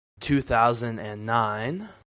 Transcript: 2009